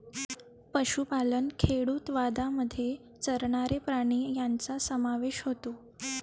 पशुपालन खेडूतवादामध्ये चरणारे प्राणी यांचा समावेश होतो